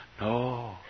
No